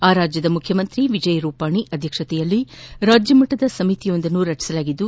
ಆ ರಾಜ್ವದ ಮುಖ್ವಮಂತ್ರಿ ವಿಜಯ್ ರೂಪಾನಿ ಅಧ್ಯಕ್ಷತೆಯಲ್ಲಿ ರಾಜ್ವ ಮಟ್ಟದ ಸಮಿತಿಯೊಂದನ್ನು ರಚಿಸಲಾಗಿದ್ದು